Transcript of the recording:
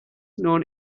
known